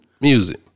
music